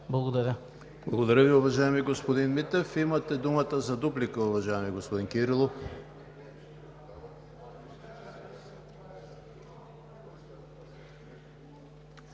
ХРИСТОВ: Благодаря Ви, уважаеми господин Митев. Имате думата за дуплика, уважаеми господин Кирилов.